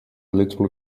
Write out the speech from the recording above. little